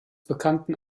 bekannten